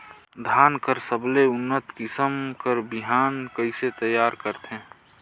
धान कर सबले उन्नत किसम कर बिहान कइसे तियार करथे?